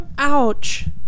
Ouch